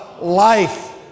life